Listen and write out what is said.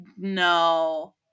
no